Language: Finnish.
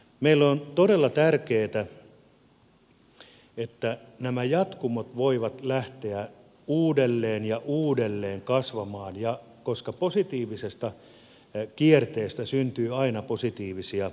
meille on todella tärkeätä että nämä jatkumot voivat lähteä uudelleen ja uudelleen kasvamaan koska positiivisesta kierteestä syntyy aina positiivisia lopputulemia